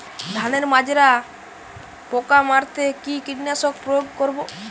ধানের মাজরা পোকা মারতে কি কীটনাশক প্রয়োগ করব?